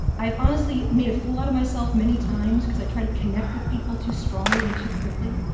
i've honestly made a fool out of myself many times because i try to connect with people too strongly and too quickly.